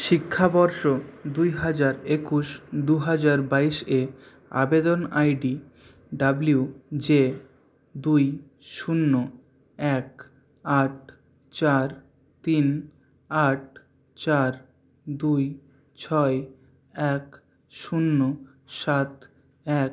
শিক্ষাবর্ষ দুই হাজার একুশ দুহাজার বাইশ এ আবেদন আইডি ডব্লিউ জে দুই শূন্য এক আট চার তিন আট চার দুই ছয় এক শূন্য সাত এক